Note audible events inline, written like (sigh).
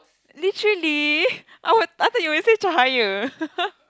literally (breath) I would I thought you would say cahaya (laughs)